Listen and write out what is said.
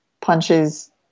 punches